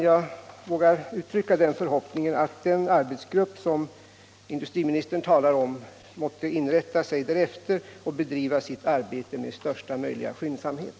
Jag vågar uttrycka förhoppningen att den arbetsgrupp som industriministern talar om måtte inrätta sig därefter och bedriva sitt arbete med största möjliga skyndsamhet.